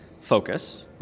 focus